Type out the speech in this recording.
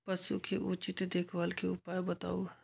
पशु के उचित देखभाल के उपाय बताऊ?